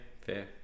fair